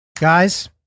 Guys